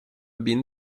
been